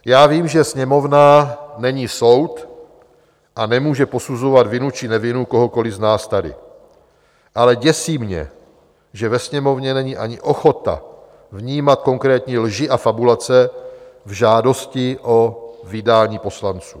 Já vím, že Sněmovna není soud a nemůže posuzovat vinu či nevinu kohokoliv z nás tady, ale děsí mě, že ve Sněmovně není ani ochota vnímat konkrétní lži a fabulace v žádosti o vydání poslanců.